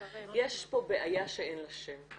יש פה בעיה שאין לה שם.